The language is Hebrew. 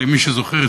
למי שזוכר,